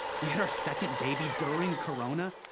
we had our second baby during corona.